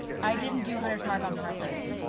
i didn't do hunter's mark on purpose.